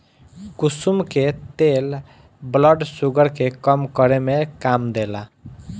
कुसुम के तेल blood sugar के कम करे में काम देला